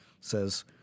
says